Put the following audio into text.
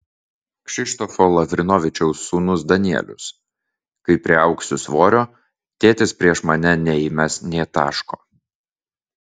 kšištofo lavrinovičiaus sūnus danielius kai priaugsiu svorio tėtis prieš mane neįmes nė taško